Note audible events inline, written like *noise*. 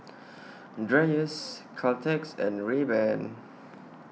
*noise* Dreyers Caltex and Rayban *noise*